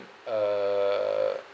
uh